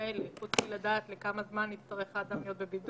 לפי זה אני יודע לכמה זמן אדם נכנס